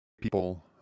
people